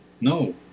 No